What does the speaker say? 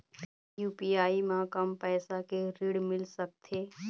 UPI म कम पैसा के ऋण मिल सकथे?